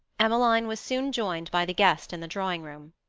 emmeline was soon joined by the guest in the drawing-room.